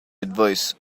advice